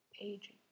Aging